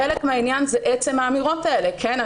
חלק מהעניין זה עצם האמירות האלה: כן,